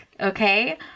Okay